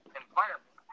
environment